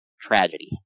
tragedy